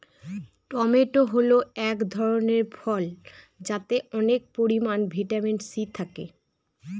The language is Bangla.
টমেটো হল এক ধরনের ফল যাতে অনেক পরিমান ভিটামিন সি থাকে